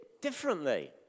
differently